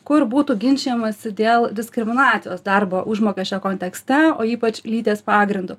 kur būtų ginčijamasi dėl diskriminacijos darbo užmokesčio kontekste o ypač lyties pagrindu